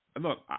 look